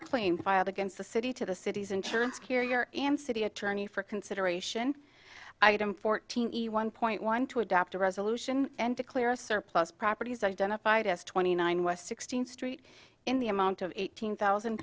filed against the city to the city's insurance carrier and city attorney for consideration item fourteen one point one to adopt a resolution and declare a surplus properties identified as twenty nine west sixteenth street in the amount of eighteen thousand